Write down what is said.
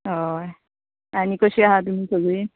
हय आनी कशी आहा तुमी सगळीं